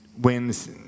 wins